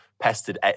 pestered